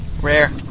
Rare